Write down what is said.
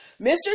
Mr